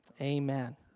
amen